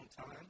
time